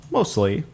mostly